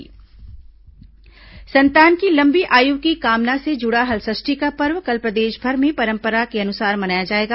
हलषष्ठी संतान की लंबी आयु की कामना से जुड़ा हलषष्ठी का पर्व कल प्रदेशभर में परंपरा के अनुसार मनाया जाएगा